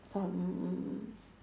some